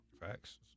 Facts